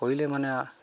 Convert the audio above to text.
কৰিলে মানে আৰু